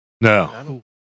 No